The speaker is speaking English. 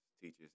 teachers